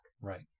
Right